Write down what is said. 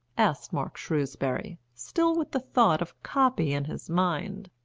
asked mark shrewsbury, still with the thought of copy in his mind.